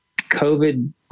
COVID